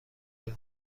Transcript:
ایم